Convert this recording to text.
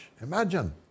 Imagine